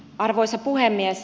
arvoisa puhemies